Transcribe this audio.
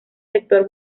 sector